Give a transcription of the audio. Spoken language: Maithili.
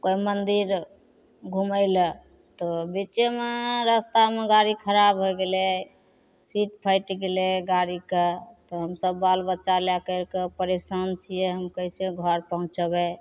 कोइ मन्दिर घुमे ले तऽ बिच्चेमे रस्तामे गाड़ी खराब होइ गेलै सीट फटि गेलै गाड़ीके तऽ हमसभ बाल बच्चा लै करिके परेशान छिए हम कइसे घर पहुँचबै